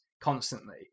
constantly